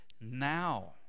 now